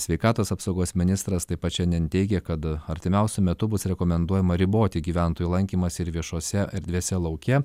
sveikatos apsaugos ministras taip pat šiandien teigė kad artimiausiu metu bus rekomenduojama riboti gyventojų lankymąsi ir viešose erdvėse lauke